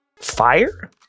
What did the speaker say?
fire